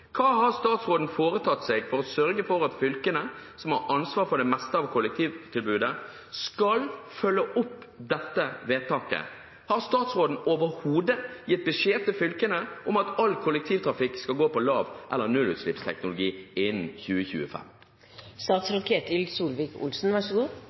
Hva har han foretatt seg for å sørge for at fylkene, som har ansvar for det meste av kollektivtilbudet, skal følge opp dette vedtaket? Har statsråden overhodet gitt beskjed til fylkene om at all kollektivtrafikk skal gå på lav- eller nullutslippsteknologi innen